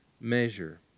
measure